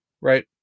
right